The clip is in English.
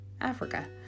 Africa